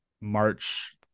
March